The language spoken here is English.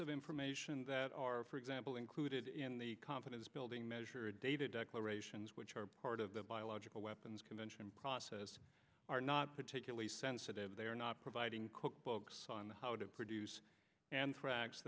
of information that are for example included in the confidence building measure data declarations which are part of the biological weapons convention process are not particularly sensitive they are not providing cookbooks on how to produce anthrax